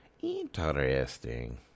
Interesting